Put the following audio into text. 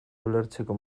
ulertzeko